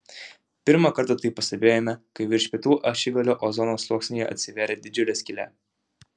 pirmą kartą tai pastebėjome kai virš pietų ašigalio ozono sluoksnyje atsivėrė didžiulė skylė